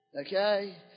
Okay